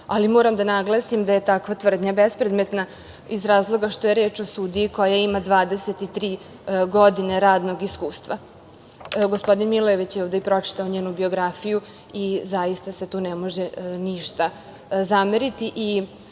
ali moram da naglasim da je takva tvrdnja bespredmetna, iz razloga što je reč o sudiji koja ima 23 godina radnog iskustva. Gospodin Milojević je ovde i pročitao njenu biografiju i zaista se tu ne može ništa